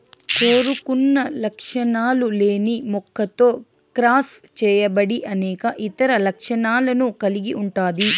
కోరుకున్న లక్షణాలు లేని మొక్కతో క్రాస్ చేయబడి అనేక ఇతర లక్షణాలను కలిగి ఉంటాది